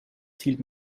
zielt